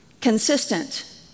Consistent